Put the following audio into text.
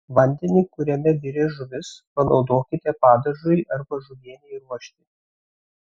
vandenį kuriame virė žuvis panaudokite padažui arba žuvienei ruošti